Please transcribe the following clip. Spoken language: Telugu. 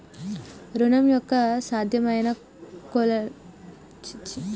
ఋణం యొక్క సాధ్యమైన కొలేటరల్స్ ఏమిటి?